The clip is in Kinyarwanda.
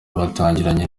batangiranye